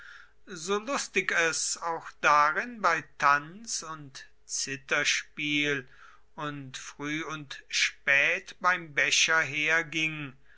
so lustig es auch darin bei tanz und zitherspiel und früh und spät beim becher herging